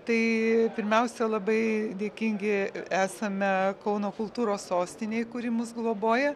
tai pirmiausia labai dėkingi esame kauno kultūros sostinei kuri mus globoja